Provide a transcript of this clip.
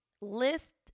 list